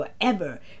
forever